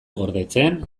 gordetzen